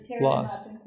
lost